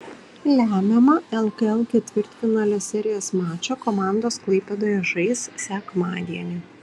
lemiamą lkl ketvirtfinalio serijos mačą komandos klaipėdoje žais sekmadienį